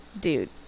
dude